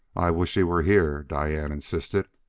i wish he were here, diane insisted.